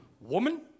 Woman